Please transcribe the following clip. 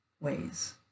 ways